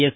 S